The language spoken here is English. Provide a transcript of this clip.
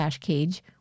cage